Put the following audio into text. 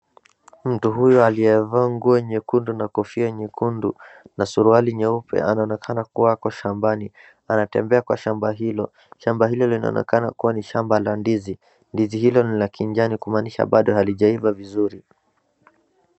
Mtu huyu aliyevaa nguo nyekundu na kofia nyekundu na suruali nyeupe anaonekana kuwa ako shambani anatembea kwa shamba hilo. Shamba hilo linaonekana kuwa ni shamba la ndizi ndizi hilo ni la kijani kumaanisha bado halijaiva vizuri.